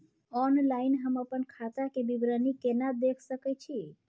Online हम अपन खाता के विवरणी केना देख सकै छी?